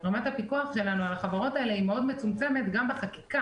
רמת הפיקוח שלנו על החברות האלה היא מאוד מצומצמת גם בחקיקה,